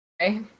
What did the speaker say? Okay